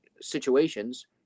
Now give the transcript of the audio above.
situations